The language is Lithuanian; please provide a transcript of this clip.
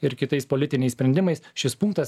ir kitais politiniais sprendimais šis punktas